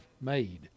made